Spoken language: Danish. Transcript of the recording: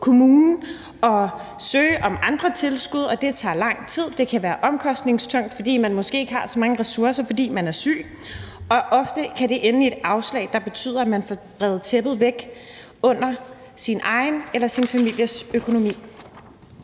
kommunen og søge om andre tilskud, og det tager lang tid. Det kan være omkostningstungt, fordi man måske ikke har så mange ressourcer, fordi man er syg, og ofte kan det ende i et afslag, der betyder, at man får revet tæppet væk under sin egen eller sin families økonomi.